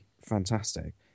fantastic